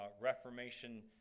Reformation